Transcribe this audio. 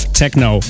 techno